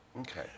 Okay